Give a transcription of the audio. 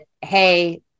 hey